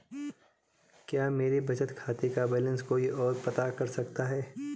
क्या मेरे बचत खाते का बैलेंस कोई ओर पता कर सकता है?